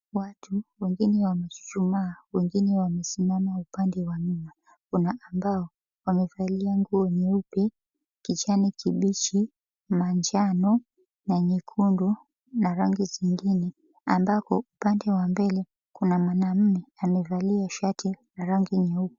Watu wengine wamechuchumaa, wengine wamesimama upande wa nyuma. Kuna ambao wamevalia nguo nyeupe, kijani kibichi, manjano na nyekundu na rangi zingine. Ambako upande wa mbele kuna mwanaume amevalia shati la rangi nyeupe.